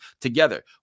together